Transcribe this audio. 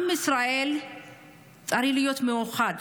עם ישראל צריך להיות מאוחד.